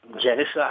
genocide